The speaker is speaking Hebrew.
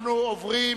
אנחנו עוברים